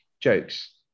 jokes